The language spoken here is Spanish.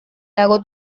lago